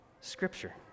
Scripture